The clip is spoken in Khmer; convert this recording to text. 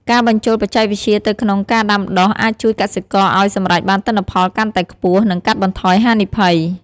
ការបញ្ចូលបច្ចេកវិទ្យាទៅក្នុងការដាំដុះអាចជួយកសិករឱ្យសម្រេចបានទិន្នផលកាន់តែខ្ពស់ និងកាត់បន្ថយហានិភ័យ។